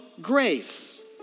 grace